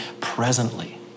presently